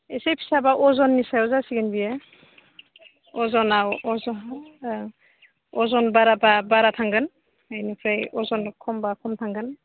एसे फिसाबा अजननि सायाव जासिगोन बेयो अजनाव ओं अजन बाराबा बारा थांगोन बेनिफ्राय अजना खमबा खम थांगोन